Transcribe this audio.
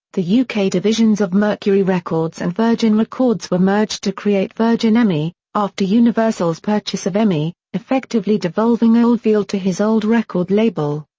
the yeah uk divisions of mercury records and virgin records were merged to create virgin emi, after universal's purchase of emi, effectively devolving oldfield to his old record label.